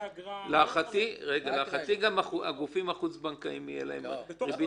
להערכתי לגופים החוץ-בנקאיים תהיה ריבית הסכמית.